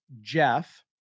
Jeff